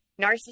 narcissist